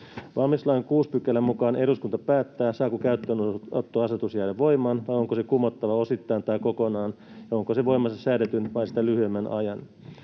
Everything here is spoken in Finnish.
Valmiuslain 6 §:n mukaan eduskunta päättää, saako käyttöönottoasetus jäädä voimaan vai onko se kumottava osittain tai kokonaan ja onko se voimassa säädetyn vai sitä lyhyemmän ajan.